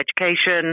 education